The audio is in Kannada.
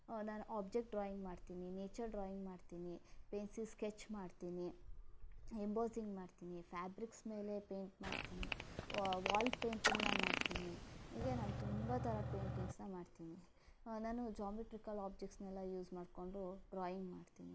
ನಾನು ಒಬ್ಜೆಕ್ಟ್ ಡ್ರಾಯಿಂಗ್ ಮಾಡ್ತೀನಿ ನೇಚರ್ ಡ್ರಾಯಿಂಗ್ ಮಾಡ್ತೀನಿ ಪೆನ್ಸಿಲ್ ಸ್ಕೆಚ್ ಮಾಡ್ತೀನಿ ಎಂಬೋಸಿಂಗ್ ಮಾಡ್ತೀನಿ ಫಾಬ್ರಿಕ್ಸ್ ಮೇಲೆ ಪೈಂಟ್ ಮಾಡ್ತೀನಿ ವ ವಾಲ್ ಪೇಂಟಿಂಗನ್ನು ಮಾಡ್ತೀನಿ ಹೀಗೆ ನಾನು ತುಂಬ ಥರ ಪೈಂಟಿಂಗ್ಸನ್ನು ಮಾಡ್ತೀನಿ ನಾನು ಜಾಮೆಟ್ರಿಕಲ್ ಆಬ್ಜೆಕ್ಟ್ಸ್ನೆಲ್ಲ ಯೂಸ್ ಮಾಡಿಕೊಂಡು ಡ್ರಾಯಿಂಗ್ ಮಾಡ್ತೀನಿ